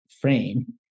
frame